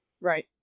Right